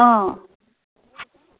অঁ